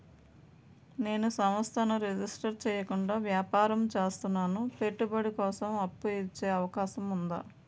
నేను సంస్థను రిజిస్టర్ చేయకుండా వ్యాపారం చేస్తున్నాను పెట్టుబడి కోసం అప్పు ఇచ్చే అవకాశం ఉందా?